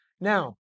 Now